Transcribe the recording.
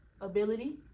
ability